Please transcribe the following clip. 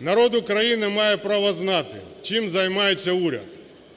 народ України має право знати, чим займається уряд.